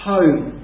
home